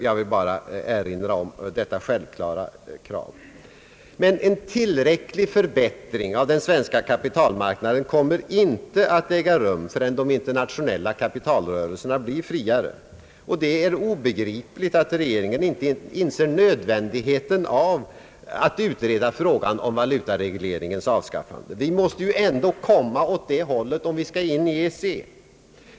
Jag vill bara erinra om detta självklara krav. En tillräcklig förbättring av den svenska kapitalmarknaden kommer dock inte att kunna äga rum förrän de internationella kapitalrörelserna blir friare. Det är obegripligt att regeringen inte inser nödvändigheten av att utreda frågan om valutaregleringens avskaffande. Vi måste ju ändå komma åt det hållet, om vi skall in i EEC.